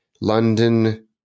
London